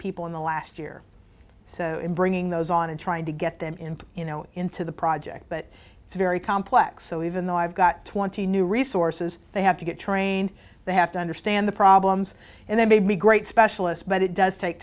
people in the last year or so in bringing those on and trying to get them into you know into the project but it's very complex so even though i've got twenty new resources they have to get trained they have to understand the problems and they may be great specialists but it does take